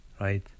right